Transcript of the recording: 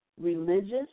Religious